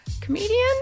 comedian